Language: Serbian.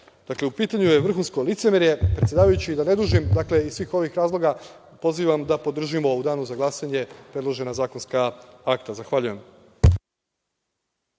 Dakle, u pitanju je vrhunsko licemerje, predsedavajući, da ne dužim. Dakle, iz svih ovih razloga, pozivam da podržimo u danu za glasanje predložena zakonska akta. Zahvaljujem.